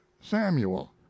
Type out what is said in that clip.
Samuel